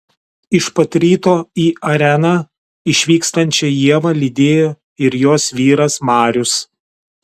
iš pat ryto į areną išvykstančią ievą lydėjo ir jos vyras marius